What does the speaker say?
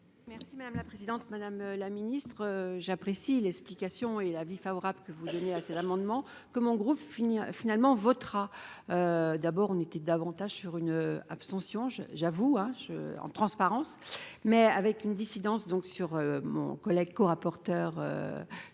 Merci madame la présidente, madame la ministre, j'apprécie l'explication est l'avis favorable que vous donnez à ces amendement comment groupe finir finalement votera d'abord, on était davantage sur une abstention je j'avoue, hein, j'en transparence, mais avec une dissidence donc sur mon collègue co-rapporteur